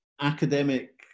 academic